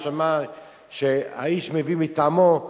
יש שמאי שהאיש מביא מטעמו,